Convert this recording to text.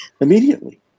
immediately